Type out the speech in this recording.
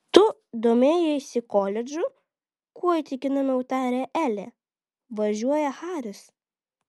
tu domėjaisi koledžu kuo įtikinamiau tarė elė važiuoja haris